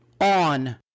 on